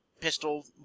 pistol